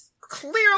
clearly